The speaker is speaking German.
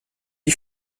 die